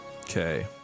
Okay